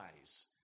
eyes